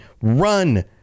run